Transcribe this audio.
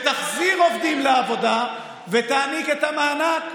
תמשיכו לקרוא להפר את ההנחיות.